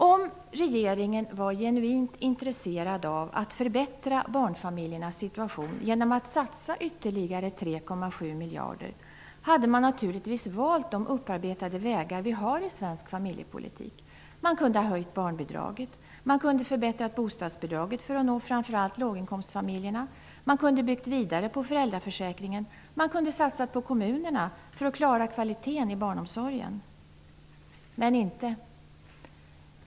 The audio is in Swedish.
Om regeringen var genuint intresserad av att förbättra barnfamiljernas situation genom att satsa ytterligare 3,7 miljarder hade man naturligtvis valt de upparbetade vägar som vi har i den svenska familjepolitiken. Man kunde ha höjt barnbidraget. Man kunde ha förbättrat bostadsbidraget för att nå framför allt låginkomstfamiljerna. Man kunde ha byggt vidare på föräldraförsäkringen. Man kunde ha satsat på kommunerna för att klara kvalitén i barnomsorgen. Men detta gör man inte.